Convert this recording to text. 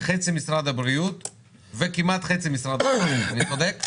חצי משרד הבריאות וכמעט חצי משרד --- אני צודק?